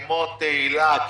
כמו תהילה,